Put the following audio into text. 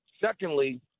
secondly